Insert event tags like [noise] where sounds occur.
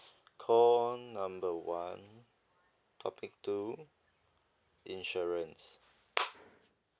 call number one topic two insurance [noise]